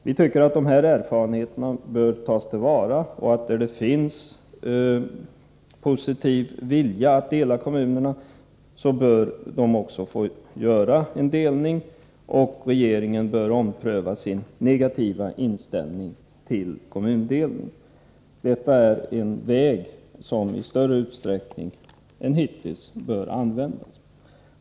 Vi tycker att dessa erfarenheter bör tas till vara. Där det finns en positiv vilja att dela kommunerna bör man få göra en delning. Regeringen bör ompröva sin negativa inställning till kommundelning. Detta är en väg som bör användas i större utsträckning än hittills. Herr talman!